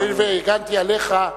הואיל והגנתי עליך,